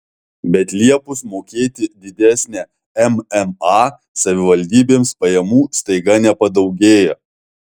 bet liepus mokėti didesnę mma savivaldybėms pajamų staiga nepadaugėja